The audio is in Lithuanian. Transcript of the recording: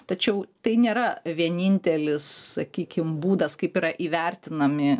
tačiau tai nėra vienintelis sakykim būdas kaip yra įvertinami